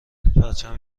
پرچم